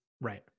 right